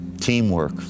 teamwork